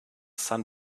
sun